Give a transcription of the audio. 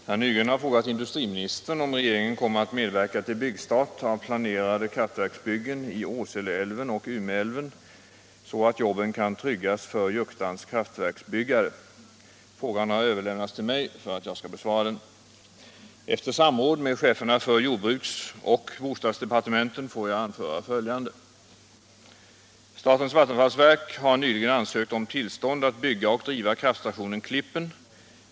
Herr talman! Herr Nygren har frågat industriministern om regeringen kommer att medverka till byggstart av planerade kraftverksbyggen i Åseleälven och Umeälven så att jobben kan tryggas för Juktans kraftverksbyggare. Frågan har överlämnats till mig för att jag skall besvara den. Efter samråd med cheferna för jordbruksoch bostadsdepartementen får jag anföra följande. Statens vattenfallsverk har nyligen ansökt om tillstånd att bygga och driva kraftstationen Klippen.